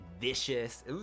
vicious